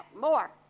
More